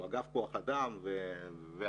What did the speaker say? אגף כוח אדם ואנחנו;